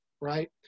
right